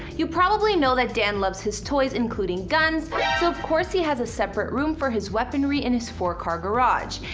you probably know that dan loves his toys including guns so of course he had a separate room for his weaponry in his four car garage.